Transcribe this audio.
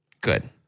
good